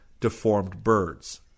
deformedbirds